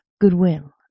goodwill